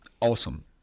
awesome